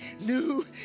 new